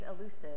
elusive